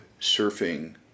surfing